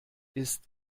ist